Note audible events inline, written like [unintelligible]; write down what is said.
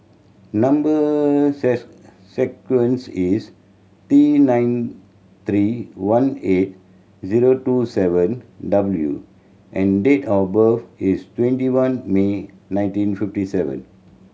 number [unintelligible] sequence is T nine three one eight zero two seven W and date of birth is twenty one May nineteen fifty seven